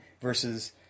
versus